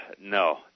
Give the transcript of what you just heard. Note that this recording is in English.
No